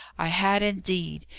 i had, indeed!